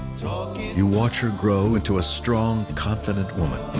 you watch her grow into a strong confident woman.